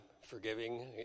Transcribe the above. forgiving